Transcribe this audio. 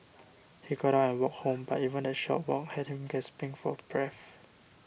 he got out and walked home but even that short walk had him gasping for breath